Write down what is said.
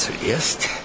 zuerst